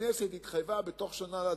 הכנסת התחייבה בתוך שנה לדון.